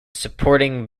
supporting